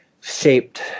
shaped